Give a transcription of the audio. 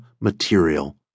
material